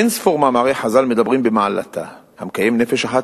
אין-ספור מאמרי חז"ל מדברים במעלתה: "המקיים נפש אחת